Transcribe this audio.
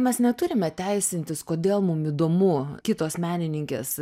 mes neturime teisintis kodėl mum įdomu kitos menininkės